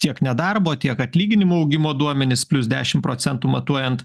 tiek nedarbo tiek atlyginimų augimo duomenys plius dešimt procentų matuojant